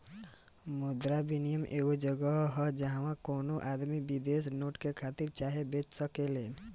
मुद्रा विनियम एगो जगह ह जाहवा कवनो आदमी विदेशी नोट के खरीद चाहे बेच सकेलेन